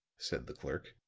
said the clerk,